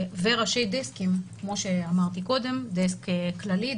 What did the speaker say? וראשי דסקים כמו שאמרתי קודם דסק כללי,